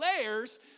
layers